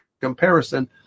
comparison